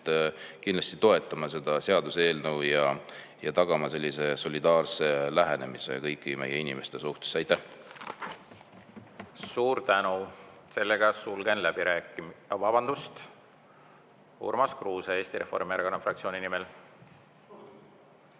kindlasti toetama seda seaduseelnõu ja tagama sellise solidaarse lähenemise kõigi meie inimeste suhtes. Aitäh! Suur tänu! Sellega sulgen läbirääkimised. Vabandust! Urmas Kruuse Eesti Reformierakonna fraktsiooni nimel.